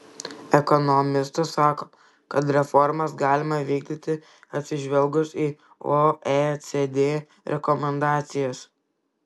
ekonomistas sako kad reformas galima vykdyti atsižvelgus į oecd rekomendacijas